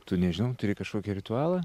tu nežinau turi kažkokį ritualą